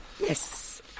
Yes